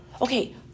Okay